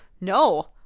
no